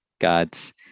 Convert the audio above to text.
god's